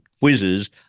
quizzes